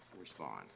respond